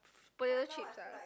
potato chips ah